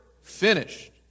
Finished